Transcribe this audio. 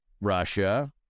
Russia